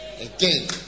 Again